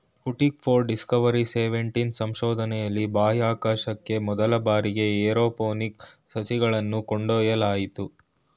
Sputnik four, Discovery seventeen ಸಂಶೋಧನೆಯಲ್ಲಿ ಬಾಹ್ಯಾಕಾಶಕ್ಕೆ ಮೊದಲ ಬಾರಿಗೆ ಏರೋಪೋನಿಕ್ ಸಸಿಗಳನ್ನು ಕೊಂಡೊಯ್ಯಲಾಯಿತು